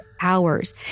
hours